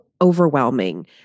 overwhelming